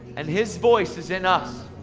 and his voice is in us.